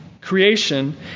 Creation